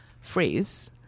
phrase